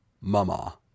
Mama